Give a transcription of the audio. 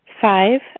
Five